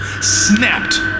snapped